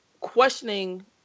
questioning